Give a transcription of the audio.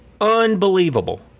unbelievable